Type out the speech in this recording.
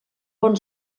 bon